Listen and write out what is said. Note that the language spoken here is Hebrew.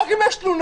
רק אם יש תלונה?